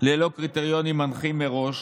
ללא קריטריונים מנחים מראש.